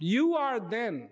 you are then